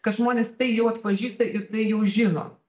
kad žmonės tai jau atpažįsta ir tai jau žino